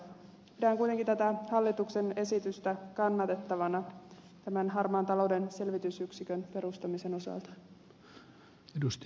pidän kuitenkin tätä hallituksen esitystä kannatettavana tämän harmaan talouden selvitysyksikön perustamisen osalta